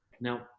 Now